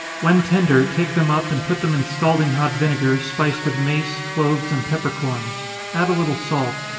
when tender, take them up, and put them in scalding hot vinegar, spiced with mace, cloves, and peppercorns add a little salt.